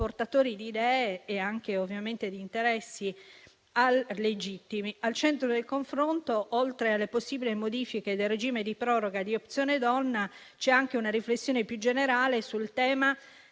portatori di idee e anche ovviamente di interessi legittimi. Al centro del confronto, oltre alle possibili modifiche del regime di proroga di Opzione donna, c'è anche una riflessione più generale sul tema